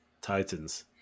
titans